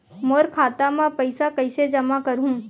मोर खाता म पईसा कइसे जमा करहु?